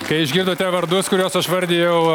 kai išgirdote vardus kuriuos aš vardijau